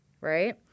right